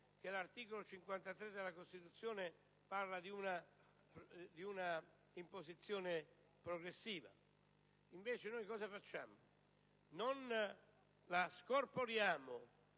che l'articolo 53 della Costituzione parla di una imposizione progressiva. Noi cosa facciamo invece? La scorporiamo